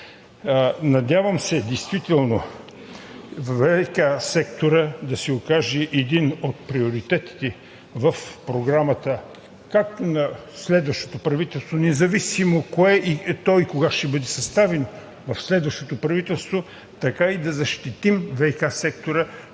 Надявам се действително ВиК секторът да се окаже един от приоритетите в програмата както на следващото правителство, независимо кое е то и кога ще бъде съставено, в следващото правителство така и да защитим ВиК сектора